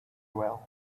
well